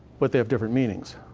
but they have different meanings.